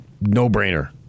no-brainer